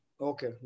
Okay